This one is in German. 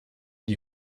die